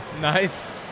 Nice